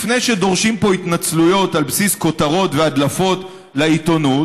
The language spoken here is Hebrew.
לפני שדורשים פה התנצלויות על בסיס כותרות והדלפות לעיתונות,